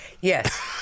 yes